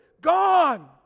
Gone